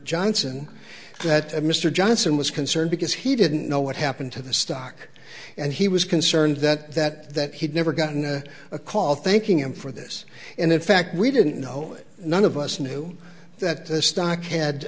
johnson that mr johnson was concerned because he didn't know what happened to the stock and he was concerned that that that he'd never gotten a call thanking him for this and in fact we didn't know it none of us knew that the stock had